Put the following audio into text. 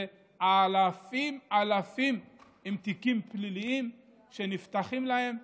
ואלפים אלפים עם תיקים פליליים שנפתחים להם,